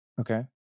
Okay